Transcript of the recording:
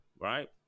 right